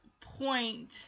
point